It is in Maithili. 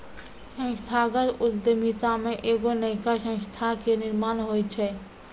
संस्थागत उद्यमिता मे एगो नयका संस्था के निर्माण होय छै